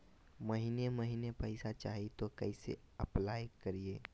महीने महीने पैसा चाही, तो कैसे अप्लाई करिए?